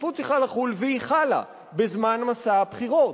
השקיפות צריכה לחול, והיא חלה, בזמן מסע הבחירות.